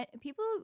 People